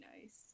nice